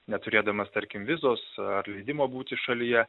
neturėdamas tarkim vizos ar leidimo būti šalyje